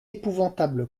épouvantable